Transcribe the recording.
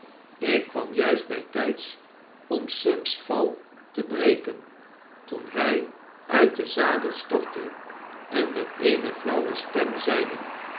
ik kwam juist bytyds om sem's val tebreken toen hij uit den zadel stortte en met eene flauwe stem zeide